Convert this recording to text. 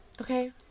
Okay